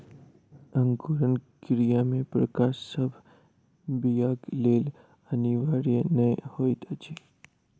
अंकुरण क्रिया मे प्रकाश सभ बीयाक लेल अनिवार्य नै होइत अछि